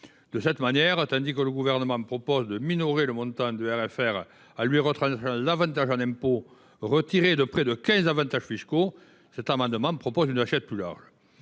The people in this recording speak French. De cette manière, tandis que le Gouvernement propose de minorer le montant du RFR en lui retranchant l’avantage en impôt retiré de près de quinze avantages fiscaux, je préconise une assiette plus large.